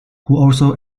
also